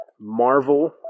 Marvel